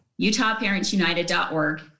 UtahParentsUnited.org